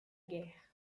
guerre